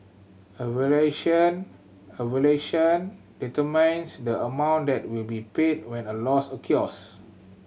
a valuation a valuation determines the amount that will be paid when a loss occurs